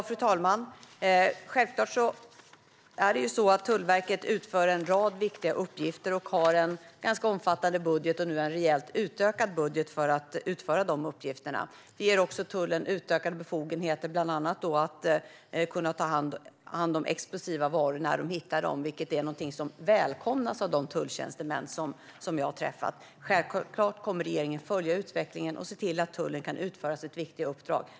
Fru talman! Självklart utför Tullverket en rad viktiga uppgifter, och de har en ganska omfattande budget, och nu en rejält utökad budget, för att utföra dessa uppgifter. Vi ger också tullen utökade befogenheter, bland annat för att kunna ta hand om explosiva varor när man hittar sådana. Detta välkomnas av de tulltjänstemän som jag har träffat. Självklart kommer regeringen att följa utvecklingen och se till att tullen kan utföra sitt viktiga uppdrag.